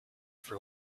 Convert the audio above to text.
for